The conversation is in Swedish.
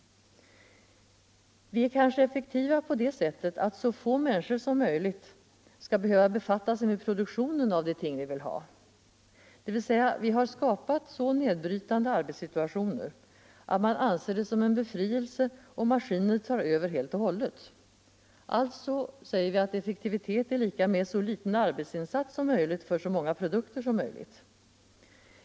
Vi är kanske effektiva på det sättet att så få människor som möjligt skall behöva befatta sig med produktionen av de ting vi vill ha — dvs. vi har skapat så nedbrytande arbetssituationer att man anser det som en befrielse om maskiner tar över helt och hållet. Alltså säger vi att effektivitet är lika med så liten arbetsinsats som möjligt för så många produkter som möjligt.